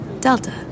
Delta